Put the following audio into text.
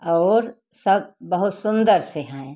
और सब बहुत सुंदर से हैं